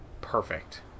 Perfect